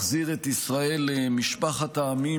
מחזיר את ישראל למשפחת העמים,